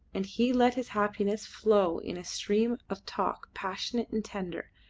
and he let his happiness flow in a stream of talk passionate and tender,